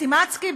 "סטימצקי",